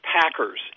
packers